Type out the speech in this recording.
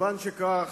מכיוון שכך,